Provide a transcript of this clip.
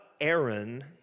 Aaron